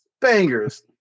bangers